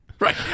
Right